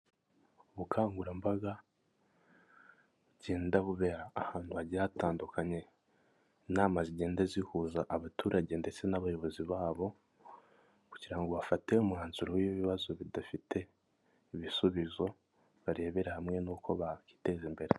Ubukangurambaga bugenda bubera ahantu hagiye hatandukanye, inama zigenda zihuza abaturage ndetse n'abayobozi babo kugira ngo bafate umwanzuro w'ibibazo bidafite ibisubizo barebera hamwe n'uko bakiteza imbere.